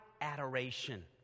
adoration